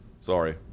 Sorry